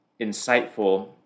insightful